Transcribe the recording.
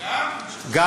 גם?